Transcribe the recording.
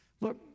Look